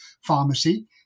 pharmacy